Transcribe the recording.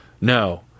no